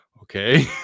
okay